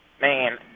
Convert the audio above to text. Man